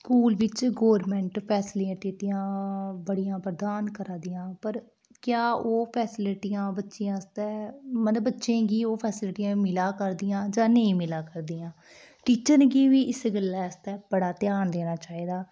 school बिच government फेसिलिटियां बड़ियां प्रदान करै दियां पर क्या ओह् फेसिलिटियां बच्चें आस्तै मतलब बच्चें गी ओह् फैसिलिटियां मिलै करदियां जां नेईं मिलै करदियां टीचर गी बी इस गल्लै आस्तै बड़ा ध्यान देना चाहिदा